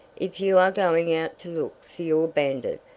if you are going out to look for your bandit,